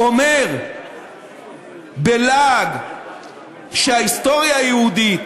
אומר בלעג שההיסטוריה היהודית